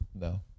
No